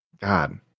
God